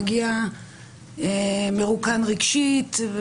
מגיע מרוקן רגשית,